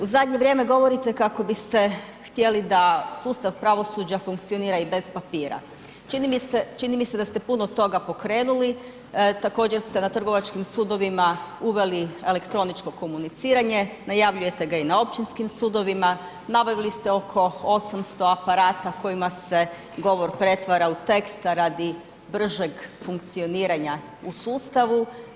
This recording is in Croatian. U zadnje vrijeme govorite kako biste htjeli da sustav pravosuđa funkcionira i bez papira, čini mi se da ste puno toga pokrenuli, također ste na trgovačkim sudovima uveli elektroničko komuniciranje, najavljujete ga i na općinskim sudovima, nabavili ste oko 800 aparata kojima se govor pretvara u tekst, a radi bržeg funkcioniranja u sustavu.